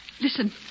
Listen